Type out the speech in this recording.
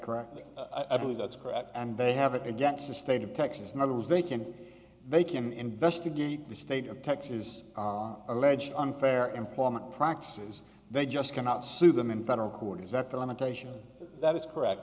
correctly i believe that's correct and they have against the state of texas in other words they can they can investigate the state of texas alleged unfair employment practices they just cannot sue them in federal court exactly limitation that is correct